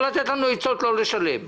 לא לתת לנו עצות לא לשלם.